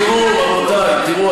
תראו, רבותי, תראו.